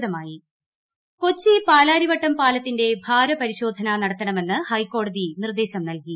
പാലാരിവട്ടം പാലം കൊച്ചി പാലാരിവട്ടം പാലത്തിന്റെ ഭാര പരിശോധന നടത്തണമെന്ന് ഹൈക്കോടതി നിർദ്ദേശം നൽകി